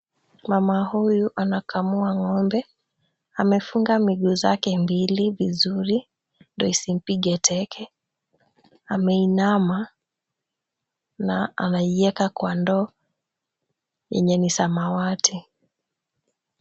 Mama huyu anakamua ng'ombe. Amefunga miguu zake mbili vizuri ndio isimpige teke. Ameinama na anaiweka kwa ndoo yenye ni samawati.